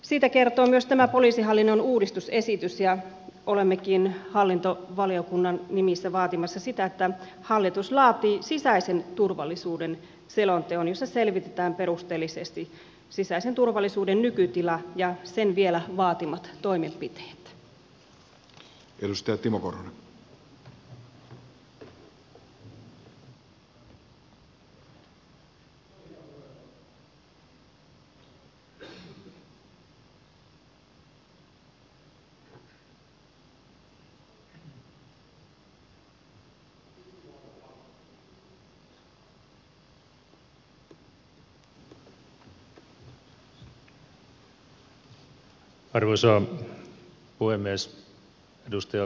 siitä kertoo myös tämä poliisihallinnon uudistusesitys ja olemmekin hallintovaliokunnan nimissä vaatimassa sitä että hallitus laatii sisäisen turvallisuuden selonteon jossa selvitetään perusteellisesti sisäisen turvallisuuden nykytila ja sen vielä vaatimat toimenpiteet